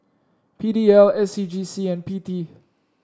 P D L S C G C and P T